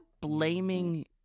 blaming